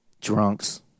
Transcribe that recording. drunks